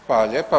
Hvala lijepa.